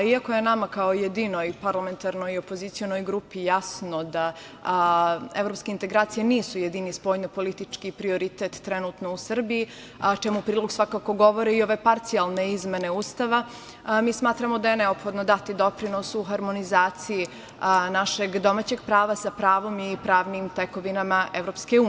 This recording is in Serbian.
Iako je nama kao jedinoj parlamentarnoj opozicionoj grupi jasno da evropske integracije nisu jedini spoljno-politički prioritet trenutno u Srbiji, a čemu u prilog svakako govore i ove parcijalne izmene Ustava, mi smatramo da je neophodno dati doprinos u harmonizaciji našeg domaćeg prava sa pravom i pravnim tekovinama EU.